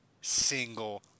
single